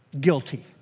guilty